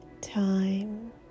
time